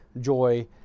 joy